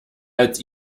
als